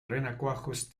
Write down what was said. renacuajos